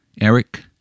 Eric